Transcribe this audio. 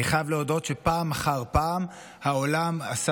אני חייב להודות שפעם אחר פעם העולם עשה